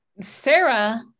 Sarah